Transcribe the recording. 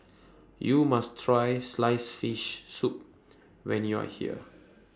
YOU must Try Sliced Fish Soup when YOU Are here